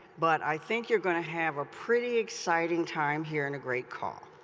but i think you're going to have a pretty exciting time here and a great call,